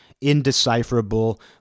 indecipherable